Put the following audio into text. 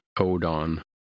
odon